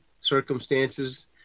circumstances